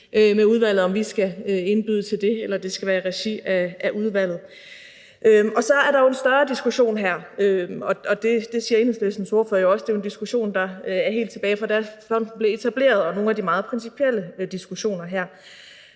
med udvalget om hvorvidt vi skal indbyde til, eller om det skal være i regi af udvalget. Så er der jo en større diskussion her. Det siger Enhedslistens ordfører jo også, og det er jo en diskussion, der går helt tilbage, til da fonden blev etableret, og til nogle af de meget principielle diskussioner her.